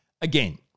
Again